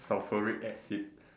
sulfuric acid